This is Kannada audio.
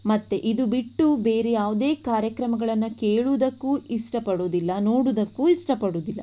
ಮತ್ತೆ ಇದು ಬಿಟ್ಟು ಬೇರೆ ಯಾವುದೇ ಕಾರ್ಯಕ್ರಮಗಳನ್ನು ಕೇಳುವುದಕ್ಕೂ ಇಷ್ಟಪಡುವುದಿಲ್ಲ ನೋಡುವುದಕ್ಕೂ ಇಷ್ಟಪಡುವುದಿಲ್ಲ